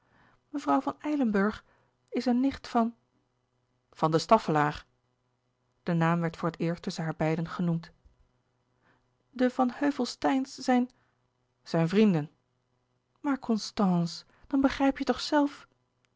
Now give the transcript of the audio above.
mevrouw van eilenburgh is een nicht van van de staffelaer de naam werd voor het eerst tusschen haar beiden genoemd de van heuvel steijns zijn zijn vrienden maar constance dan begrijp je